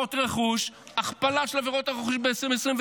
עבירות רכוש, הכפלה של עבירות הרכוש ב-2023.